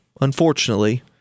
unfortunately